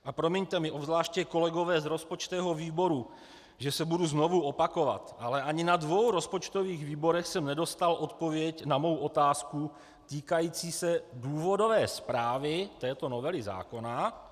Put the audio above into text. A promiňte mi obzvláště kolegové z rozpočtového výboru, že se budu znovu opakovat, ale ani na dvou rozpočtových výborech jsem nedostal odpověď na svou otázku týkající se důvodové zprávy této novely zákona.